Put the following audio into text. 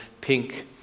pink